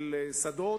של שדות,